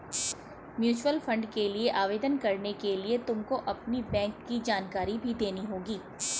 mutual fund के लिए आवेदन करने के लिए तुमको अपनी बैंक की जानकारी भी देनी होगी